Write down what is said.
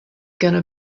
gonna